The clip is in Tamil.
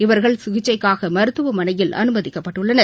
இவர்கள் சிகிச்சைக்காக மருத்துவமனையில் அனுமதிக்கப்பட்டுள்ளனர்